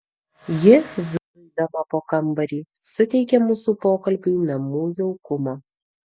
ji zuidama po kambarį suteikė mūsų pokalbiui namų jaukumo